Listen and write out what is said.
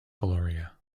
gloria